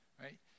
right